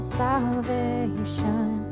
salvation